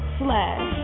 slash